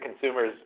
consumers